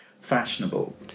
fashionable